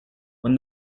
when